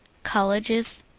colleges.